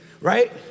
Right